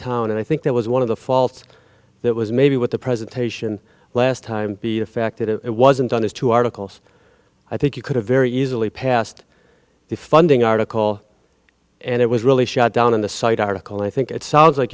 town and i think that was one of the faults that was maybe with the presentation last time be affected it wasn't on those two articles i think you could have very easily passed the funding article and it was really shot down on the site article i think it sounds like